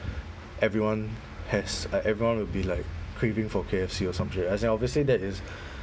everyone has uh everyone will be like craving for K_F_C or something as in obviously that is